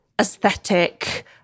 aesthetic